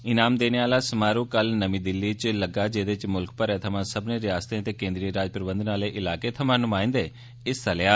ईनाम देने आह्ला समारोह कल नमीं दिल्ली च लग्गा जेह्दे च मुल्ख भरै थमां सब्मने रिआसतें ते कोन्द्री राज प्रबंधन आह्ले इलाकें थमां नुमाइंदें हिस्सा लेया